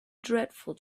dreadful